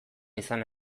izan